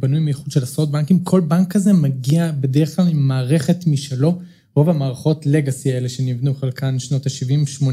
בנוי מאיחוד של עשרות בנקים. כל בנק כזה מגיע בדרך כלל עם מערכת משלו, רוב המערכות לגאסי האלה שנבנו חלקן שנות ה-70-80,